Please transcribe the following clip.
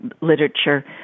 literature